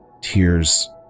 tears